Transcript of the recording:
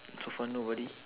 so far nobody